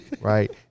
right